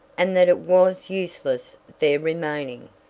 and that it was useless their remaining.